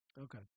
Okay